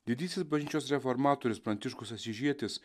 didysis bažnyčios reformatorius pranciškus asyžietis